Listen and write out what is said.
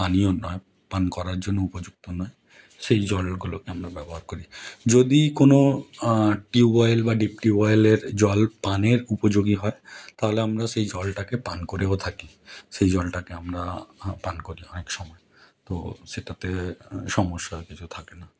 পানীয় নয় পান করার জন্য উপযুক্ত নয় সেই জলগুলোকে আমরা ব্যবহার করি যদি কোনো টিউবওয়েল বা ডিপ টিউবওয়েলের জল পানের উপযোগী হয় তাহলে আমরা সেই জলটাকে পান করেও থাকি সেই জলটাকে আমরা পান করি অনেক সময় তো সেটাতে সমস্যা কিছু থাকে না